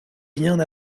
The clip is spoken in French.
rien